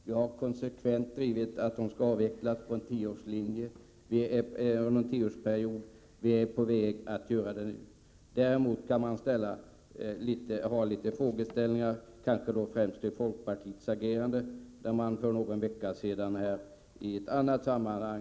Vi har konsekvent drivit att de skall avvecklas under en tioårsperiod, vilket man nu är på väg att göra. Man kan däremot ställa sig något frågande till kanske främst folkpartiets agerande, när man för någon vecka sedan i ett annat sammanhang ...